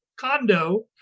condo